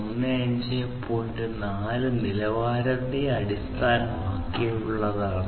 4 നിലവാരത്തെ അടിസ്ഥാനമാക്കിയുള്ളതാണ്